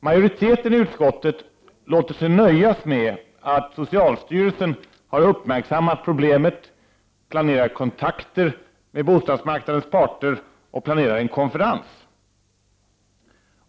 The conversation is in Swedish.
Majoriteten i utskottet låter sig nöjas med att socialstyrelsen har uppmärksammat problemet, planerat kontakter med bostadsmarknadens parter och planerar en konferens.